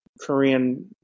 Korean